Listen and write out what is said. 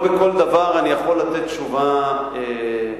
לא בכל דבר אני יכול לירות תשובה מהמותן.